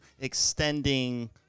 extending